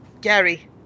Gary